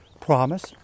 promise